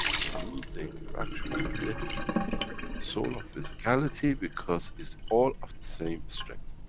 we use the interaction of the soul of physicality, because it's all of the same strength.